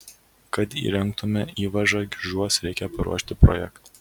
kad įrengtume įvažą gižuos reikia paruošti projektą